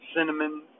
cinnamon